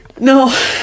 No